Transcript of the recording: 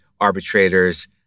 arbitrators